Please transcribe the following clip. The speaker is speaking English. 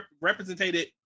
represented